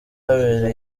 habera